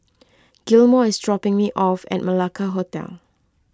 Gilmore is dropping me off at Malacca Hotel